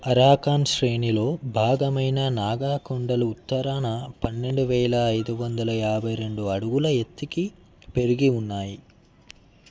Arakan శ్రేణిలో భాగమైన నాగా కొండలు ఉత్తరాన పన్నెండు వేల ఐదు వందల యాబ్భై రెండు అడుగుల ఎత్తుకి పెరిగి ఉన్నాయి